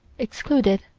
excluded.